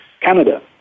Canada